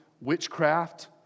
Witchcraft